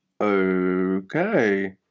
Okay